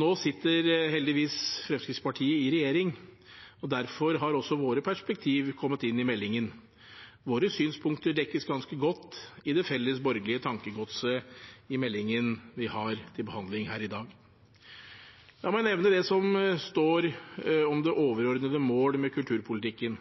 Nå sitter heldigvis Fremskrittspartiet i regjering, og derfor har våre perspektiv kommet inn i meldingen. Våre synspunkter dekkes ganske godt i det felles borgerlige tankegodset i meldingen vi har til behandling her i dag. La meg nevne det som står om det overordnede mål med kulturpolitikken.